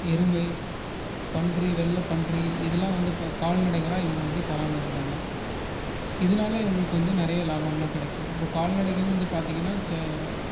எருமை பன்றி வெள்ளைப்பன்றி இதெலாம் வந்து கால்நடைகளாக இவங்க வந்து பராமரிக்கிறாங்க இதனால இவங்களுக்கு வந்து நிறைய லாபமெலாம் கிடைக்கும் இப்போ கால்நடைகள் வந்து பார்த்திங்கனா சே